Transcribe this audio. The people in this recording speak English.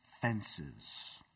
fences